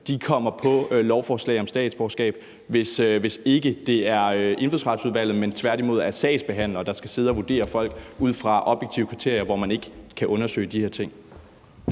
kommer på lovforslag om statsborgerskab, hvis ikke det er Indfødsretsudvalget, men tværtimod er sagsbehandlere, der skal sidde og vurdere folk ud fra objektive kriterier, hvor man ikke kan undersøge de her ting.